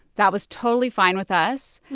that was totally fine with us.